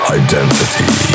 identity